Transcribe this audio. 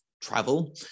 travel